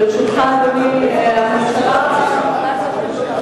לרשותך עשר דקות, עד עשר דקות.